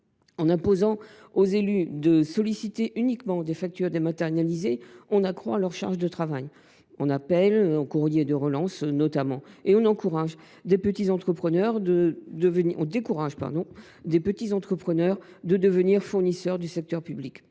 En imposant aux élus de demander uniquement des factures dématérialisées, on accroît leur charge de travail, en appels et courriers de relance notamment, et on décourage de petits entrepreneurs de devenir fournisseurs du secteur public.